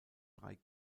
drei